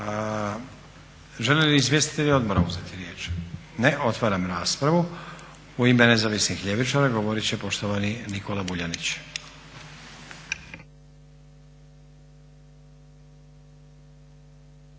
Žele li izvjestitelji odbora uzeti riječ? Ne. Otvaram raspravu. U ime Nezavisnih ljevičara govorit će poštovani Nikola Vuljanić.